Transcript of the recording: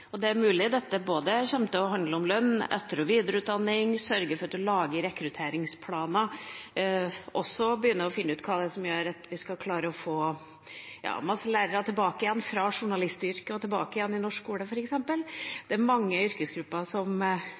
Det er mulig at dette kommer til å handle både om lønn, etter- og videreutdanning og at man sørger for å lage rekrutteringsplaner og også begynner å finne ut hvordan vi skal klare å få masse lærere tilbake igjen fra journalistyrker til norsk skole, f.eks. Det er mange yrkesgrupper som